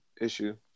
issue